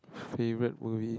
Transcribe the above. favourite movie